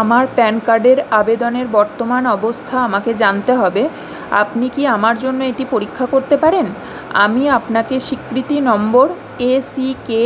আমার প্যান কার্ডের আবেদনের বর্তমান অবস্থা আমাকে জানতে হবে আপনি কি আমার জন্য এটি পরীক্ষা করতে পারেন আমি আপনাকে স্বীকৃতি নম্বর এসিকে